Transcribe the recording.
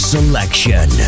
selection